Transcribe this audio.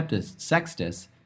Sextus